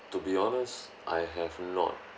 to be honest I have not